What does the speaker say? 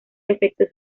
efectos